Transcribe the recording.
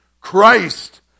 Christ